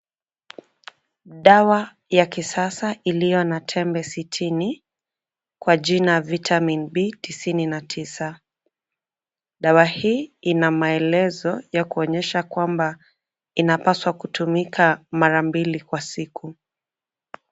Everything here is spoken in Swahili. Dawa ya kisasa iliyo na tembe sitini kwa jina Vitamin B tisini na tisa. Dawa hii ina maelezo ya kuonyesha kwamba ina paswa kutumika mara mbili kwa siku.